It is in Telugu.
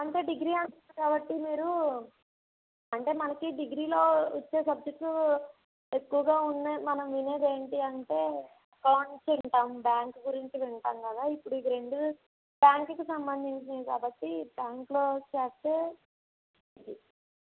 అంటే డిగ్రీ అంటున్నారు కాబట్టి మీరు అంటే మనకి డిగ్రీలో వచ్చే సబ్జెక్ట్స్ ఎక్కువగా ఉన్నవి మనం వినేది ఏంటి అంటే అకౌంట్స్ వింటాం బ్యాంక్ గురించి వింటాం కదా ఇప్పుడు ఇది రెండు బ్యాంక్కి సంబంధించినవి కాబట్టి బ్యాంక్లో చేస్తే